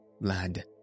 lad